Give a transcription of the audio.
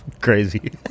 crazy